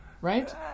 Right